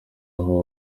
aho